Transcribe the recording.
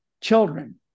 children